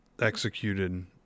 executed